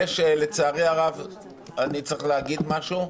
לצערי הרב, אני צריך להגיד משהו.